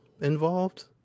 involved